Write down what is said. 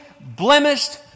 blemished